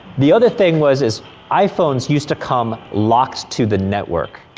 the other thing was, is iphones used to come locked to the network.